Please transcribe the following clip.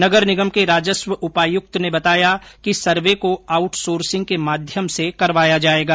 नगर निगम के राजस्व उपायुक्त नवीन भारद्वाज ने बताया कि सर्वे को आउटसोर्सिंग के माध्यम से करवाया जायेगा